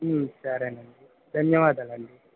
సరేనండి ధన్యవాదాలండి